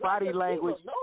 language